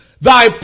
thy